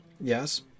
yes